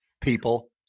people